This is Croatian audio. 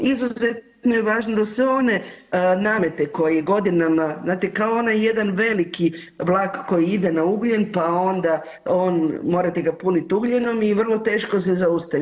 Izuzetno je važno da sve one namete koji godinama, znate kao onaj jedan veliki vlak koji ide na ugljen pa onda on, morate ga puniti ugljenom i vrlo teško se zaustavi.